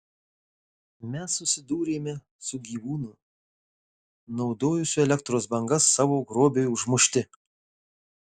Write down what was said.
mes susidūrėme su gyvūnu naudojusiu elektros bangas savo grobiui užmušti